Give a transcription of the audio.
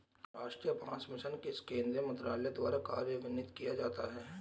राष्ट्रीय बांस मिशन किस केंद्रीय मंत्रालय द्वारा कार्यान्वित किया जाता है?